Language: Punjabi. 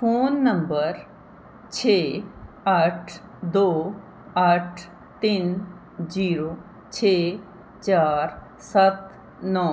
ਫ਼ੋਨ ਨੰਬਰ ਛੇ ਅੱਠ ਦੋ ਅੱਠ ਤਿੰਨ ਜੀਰੋ ਛੇ ਚਾਰ ਸੱਤ ਨੌ